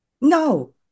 No